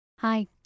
Hi